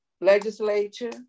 legislature